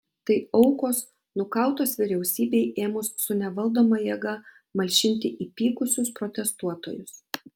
tai aukos nukautos vyriausybei ėmus su nevaldoma jėga malšinti įpykusius protestuotojus